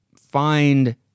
find